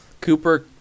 Cooper